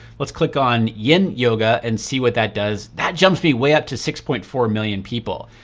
let's click on yin yoga, and see what that does. that jumps me way up to six point four million people.